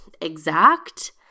exact